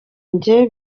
njye